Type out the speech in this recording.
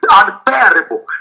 unbearable